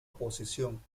posición